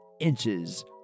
inches